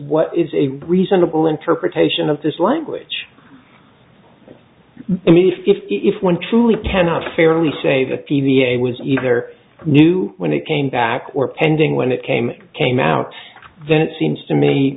what is a reasonable interpretation of this language and the fifth if one truly cannot fairly say the t v a was either new when it came back or pending when it came came out then it seems to me